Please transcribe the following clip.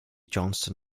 johnston